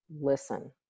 listen